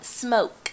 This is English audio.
smoke